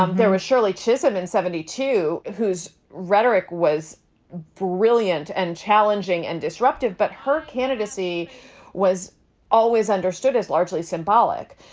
um there was shirley chisholm in seventy two whose rhetoric was brilliant and challenging and disruptive, but her candidacy was always understood as largely symbolic.